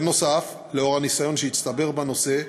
נוסף לזה, נוכח הניסיון שהצטבר בנושא,